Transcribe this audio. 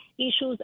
issues